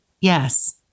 yes